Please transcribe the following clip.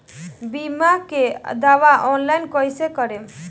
बीमा के दावा ऑनलाइन कैसे करेम?